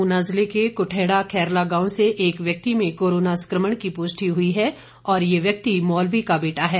ऊना ज़िले के कुठेहड़ा खैरला गांव से एक व्यक्ति में कोरोना संक्रमण की पुष्टि हई है और ये व्यक्ति मौलवी का बेटा है